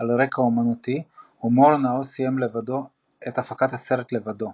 על רקע אומנותי ומורנאו סיים את הפקת הסרט לבדו.